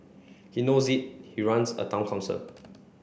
he knows it he runs a Town Council